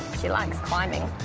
she likes climbing.